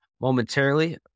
momentarily